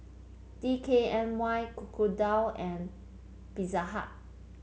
D K N Y Crocodile and Pizza Hut